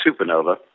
Supernova